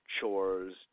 chores